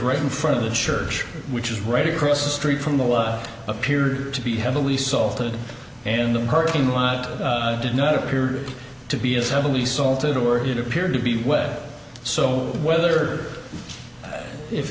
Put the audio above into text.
right in front of the church which is right across the street from the what appeared to be heavily salted in the parking lot did not appear to be as heavily salted or it appeared to be wet so whether if